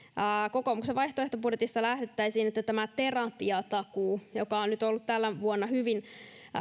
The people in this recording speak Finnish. kokoomuksen vaihtoehtobudjetissa lähdettäisiin siitä että tämä terapiatakuu joka on ollut tänä vuonna hyvin